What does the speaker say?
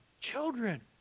children